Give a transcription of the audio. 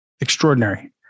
extraordinary